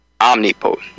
omnipotent